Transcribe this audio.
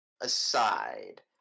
aside